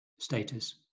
status